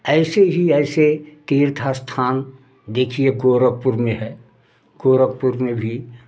ऐसे ही ऐसे तीर्थ स्थान देखिए गोरखपुर में है गोरखपुर में भी